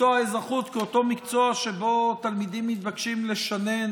מקצוע האזרחות כאותו מקצוע שבו תלמידים מתבקשים לשנן